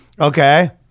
okay